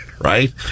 right